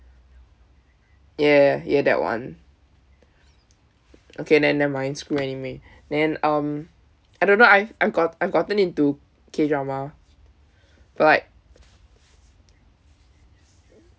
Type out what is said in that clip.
ya ya that one okay then never mind screw anime then um I don't know I've I've got I've gotten into K-drama but like